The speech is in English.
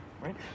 right